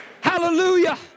hallelujah